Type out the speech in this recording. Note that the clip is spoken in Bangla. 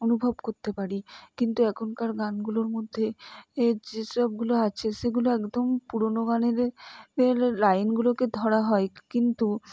অনুভব করতে পারি কিন্তু এখনকার গানগুলোর মধ্যে এ যেসবগুলো আছে সেগুলো একদম পুরোনো গানেদের লাইনগুলোকে ধরা হয় কিন্তু